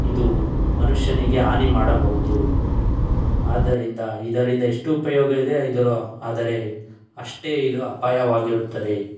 ಇದು ಮನುಷ್ಯನಿಗೆ ಹಾನಿ ಮಾಡಬಹುದು ಆದ್ದರಿಂದ ಇದರಿಂದ ಎಷ್ಟು ಉಪಯೋಗ ಇದೆಯೋ ಇದರ ಆದರೆ ಅಷ್ಟೇ ಇದು ಅಪಾಯವಾಗಿರುತ್ತದೆ